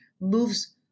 moves